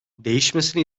değişmesini